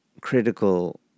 critical